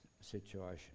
situation